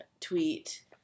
tweet